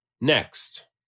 Next